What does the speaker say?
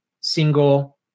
single